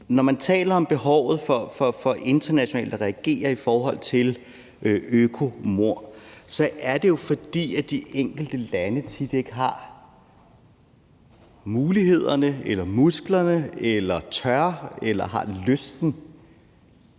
Når man taler om behovet for internationalt at reagere i forhold til økomord, er det jo, fordi de enkelte lande tit ikke har mulighederne for eller musklerne til eller tør eller har lysten